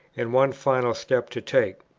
and one final step to take.